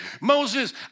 Moses